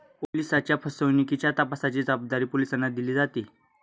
ओलिसांच्या फसवणुकीच्या तपासाची जबाबदारी पोलिसांना दिली जाते